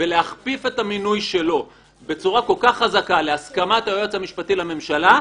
ולהכפיף את המינוי שלו בצורה כל כך חזקה להסכמת היועץ המשפטי לממשלה,